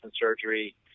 surgery